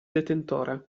detentore